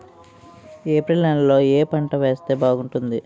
April నెలలో ఏ పంట వేస్తే బాగుంటుంది?